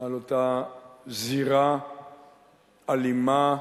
על אותה זירה אלימה,